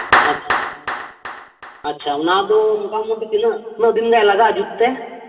ᱟᱪᱷᱟ ᱟᱪᱪᱷᱟ ᱚᱱᱟᱫᱚ ᱢᱚᱴᱟᱢᱩᱴᱤ ᱛᱤᱱᱟᱹᱜ ᱛᱤᱱᱟᱹᱜ ᱫᱤᱱᱜᱟᱱ ᱞᱟᱜᱟᱜ ᱟ ᱡᱩᱛ ᱛᱮ